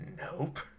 Nope